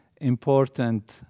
important